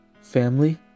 family